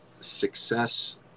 success